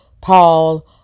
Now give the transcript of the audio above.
paul